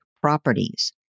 properties